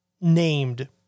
named